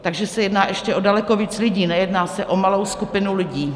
Takže se jedná ještě o daleko víc lidí, nejedná se o malou skupinu lidí.